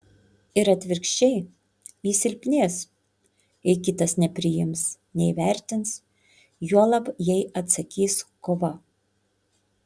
ir atvirkščiai ji silpnės jei kitas nepriims neįvertins juolab jei atsakys kova